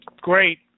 great